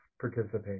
participate